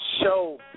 show